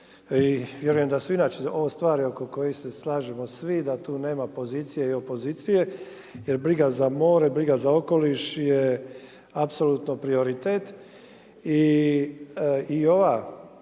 i vjerujem da su inače ovo stvari oko kojih se slažemo svi da tu nema pozicije i opozicije jer briga za more, briga za okoliš je apsolutno prioritet.